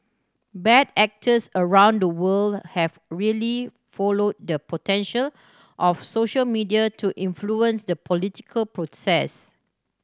bad actors around the world have really followed the potential of social media to influence the political process